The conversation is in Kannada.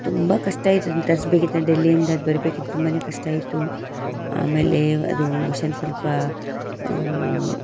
ತುಂಬ ಕಷ್ಟ ಆಯಿತು ಅದನ್ನು ತರ್ಸ್ಬೇಕಿದ್ರೆ ಡೆಲ್ಲಿಯಿಂದ ಅದು ಬರ್ಬೇಕಿರೆ ತುಂಬಾ ಕಷ್ಟ ಆಯಿತು ಆಮೇಲೆ ಅದು ಮಷನ್ ಸ್ವಲ್ಪ